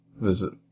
visit